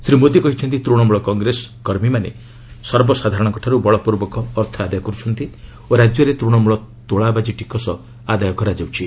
ଶ୍ରୀ ମୋଦି କହିଛନ୍ତି ତୂଶମୂଳ କଂଗ୍ରେସ କର୍ମୀମାନେ ସର୍ବସାଧାରଣଙ୍କଠାରୁ ବଳପୂର୍ବକ ଅର୍ଥ ଆଦାୟ କରୁଛନ୍ତି ଓ ରାଜ୍ୟରେ ତୃଣମୂଳ ତୋଳାବାଜି ଟିକସ ଆଦାୟ ହେଉଛି